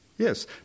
Yes